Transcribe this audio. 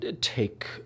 take